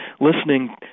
listening